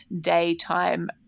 daytime